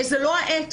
זאת לא העת.